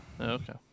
Okay